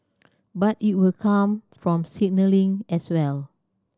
but it will come from signalling as well